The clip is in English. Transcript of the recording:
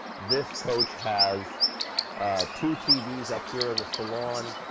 this coach has two tvs up here in the saloon,